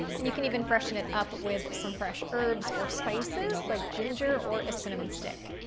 and you can even freshen it up with some fresh herbs or spices like ginger or a cinnamon stick.